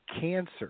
cancer